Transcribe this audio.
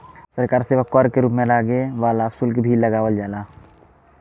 सरकार सेवा कर के रूप में लागे वाला शुल्क भी लगावल जाला